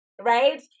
right